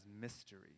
mystery